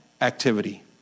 activity